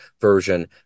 version